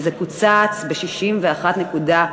וזה קוצץ ב-61.7%.